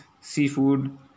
seafood